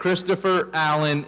christopher alan